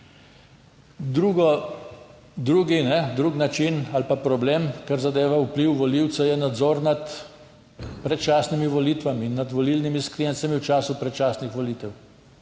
Drug način ali pa problem, kar zadeva vpliv volivca, je nadzor nad predčasnimi volitvami in nad volilnimi skrinjicami v času predčasnih volitev,